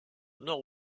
nord